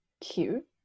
cute